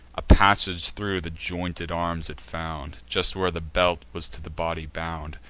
a passage thro' the jointed arms it found, just where the belt was to the body bound,